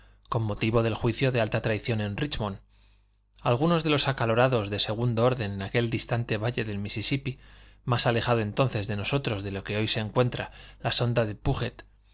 con motivo del juicio de alta traición en ríchmond algunos de los acalorados de segundo orden en aquel distante valle del misisipí más alejado entonces de nosotros de lo que hoy se encuentra la sonda de púget